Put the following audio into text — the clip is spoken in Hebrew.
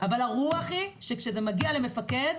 אבל הרוח היא שכשזה מגיע למפקד,